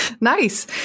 Nice